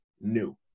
new